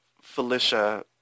Felicia